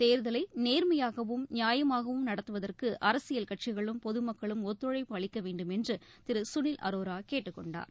தேர்தலைநேர்மையாகவும் நியாயமாகவும் நடத்துவதற்குஅரசியல் கட்சிகளும் பொதுமக்களும் ஒத்துழைப்பு அளிக்கவேண்டும் என்றுதிருசுனில் அரோராகேட்டுக் கொண்டார்